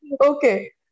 Okay